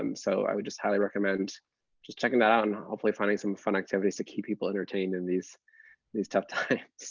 um so i would just highly recommend just checking that out and hopefully finding some fun activities to keep people entertained in these these tough times.